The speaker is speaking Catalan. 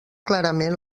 clarament